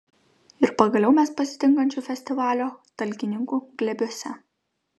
ir pagaliau mes pasitinkančių festivalio talkininkų glėbiuose